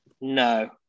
No